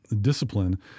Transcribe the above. discipline